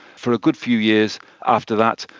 for a good few years after that.